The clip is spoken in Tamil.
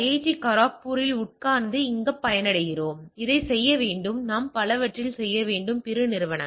டி கரக்பூரில் உட்கார்ந்து இங்கு பயனடைகிறோம் அதைச் செய்ய வேண்டும் நாம் பலவற்றில் செய்ய வேண்டும் பிற நிறுவனங்கள்